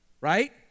right